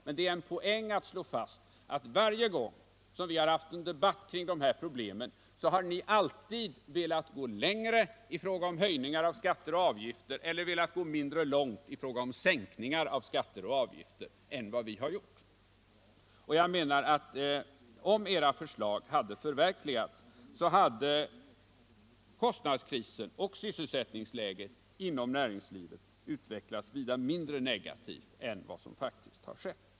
men det är en poäng att slå fast att varje gång vi har haft en debatt kring dessa problem har ni velat gå längre i fråga om höjningar av skatter och Finansdebatt Finansdebatt avgifter eller velat gå mindre långt i fråga om sänkningar av skatter och avgifter än vad vi har gjort. Jag menar att om era förslag hade förverkligats så hade kostnaderna och sysselsättningsläget inom näringslivet utvecklats vida mindre positivt än vad som faktiskt har skett.